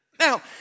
Now